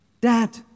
Dad